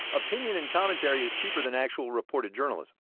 opinion and commentary is cheaper than actual reported journalism